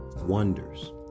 Wonders